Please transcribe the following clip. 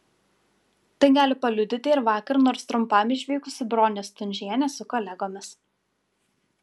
tai gali paliudyti ir vakar nors trumpam išvykusi bronė stundžienė su kolegomis